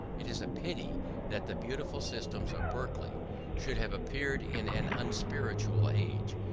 it is a pity that the beautiful system of berkeley should have appeared in an unspiritual age,